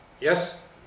Yes